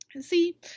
See